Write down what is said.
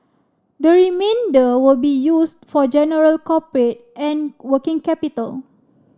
the remainder will be used for general corporate and working capital